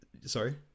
sorry